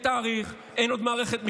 אין תאריך, אין עוד מערכת מחשוב.